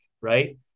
right